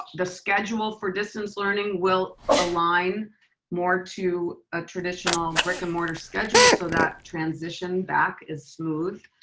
the schedule for distance learning will align more to a traditional brick and mortar schedule so that transition back is smooth.